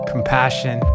compassion